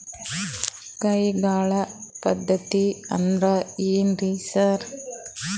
ಕೈಗಾಳ್ ಪದ್ಧತಿ ಅಂದ್ರ್ ಏನ್ರಿ ಸರ್?